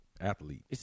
Athlete